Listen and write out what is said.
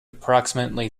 approximately